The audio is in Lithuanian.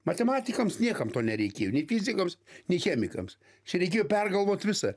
matematikams niekam to nereikėjo nei fizikams nei chemikams čia reikėjo pergalvot visą